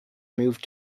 moved